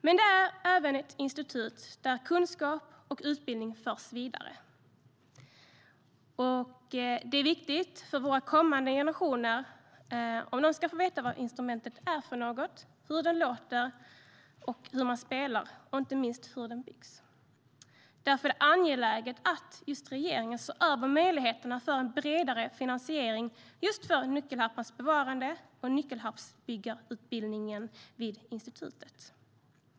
Men det är även ett institut där kunskap och utbildning förs vidare, och detta är viktigt för våra kommande generationer om de ska veta få vad instrumentet är, hur det låter, hur man spelar det och inte minst hur det byggs. Därför är det angeläget att regeringen ser över möjligheterna för en bredare finansiering av nyckelharpans bevarande och institutets utbildning för nyckelharpsbyggare.